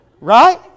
Right